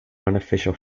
unofficial